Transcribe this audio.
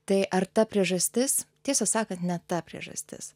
tai ar ta priežastis tiesą sakant ne ta priežastis